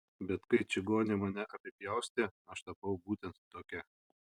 bet kai čigonė mane apipjaustė aš tapau būtent tokia